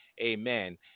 Amen